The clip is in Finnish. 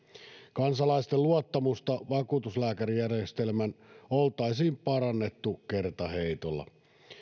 kansalaisten luottamusta vakuutuslääkärijärjestelmään oltaisiin parannettu kertaheitolla